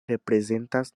reprezentas